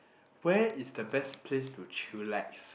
where is the best place to chillax